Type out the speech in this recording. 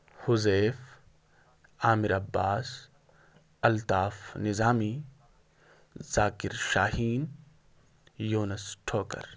Huzaif Aamir Abbas Altaf Nizami Zakir Shaheen Younis Thokar